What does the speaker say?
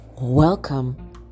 Welcome